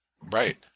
Right